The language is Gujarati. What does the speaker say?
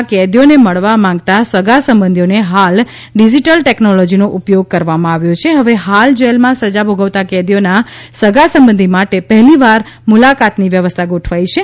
રાજપીપળાની જેલમાં સજા ભોગવતા કેદીઓને મળવા માગતા સગા સંબંધીઓને હાલ ડીજીટલ ટેકનોલોજીનો ઉપયોગ કરવામાં આવ્યો છે હવે હાલ જેલમાં સજા ભોગવતા કેદીઓના સગા સંબંધી માટે પહેલી વાર મુલાકાત ની વ્યવસ્થા ગોઠવાઈ છે